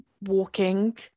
walking